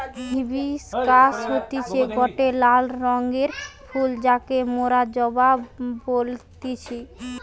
hibiscus হতিছে গটে লাল রঙের ফুল যাকে মোরা জবা বলতেছি